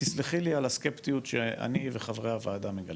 תסלחי לי על הסקפטיות שאני וחברי הוועדה מגלים.